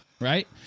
Right